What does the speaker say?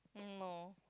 um no